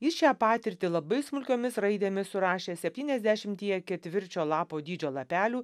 jis šią patirtį labai smulkiomis raidėmis surašė septyniasdešimtyje ketvirčio lapo dydžio lapelių